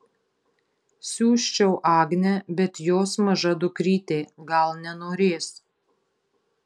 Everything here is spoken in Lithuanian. siųsčiau agnę bet jos maža dukrytė gal nenorės